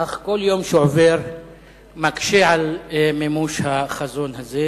אך כל יום שעובר מקשה על מימוש החזון הזה